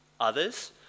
Others